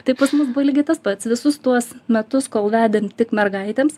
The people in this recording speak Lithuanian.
tai pas mus buvo lygiai tas pats visus tuos metus kol vedėm tik mergaitėms